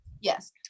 yes